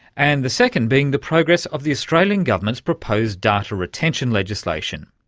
and the second being the progress of the australian government's proposed data retention legislation.